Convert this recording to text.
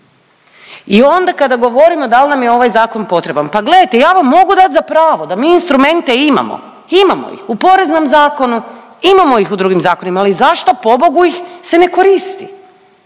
I onda kada govorimo dal nam je ovaj zakon potreban, pa gledajte ja vam mogu dati za pravo da mi instrumente imamo, imamo ih u poreznom zakonu, imamo ih u drugim zakonima, ali zašto pobogu ih se ne koristi.